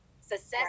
success